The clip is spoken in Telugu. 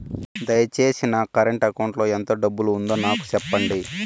దయచేసి నా కరెంట్ అకౌంట్ లో ఎంత డబ్బు ఉందో నాకు సెప్పండి